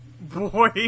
boy